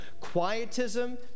Quietism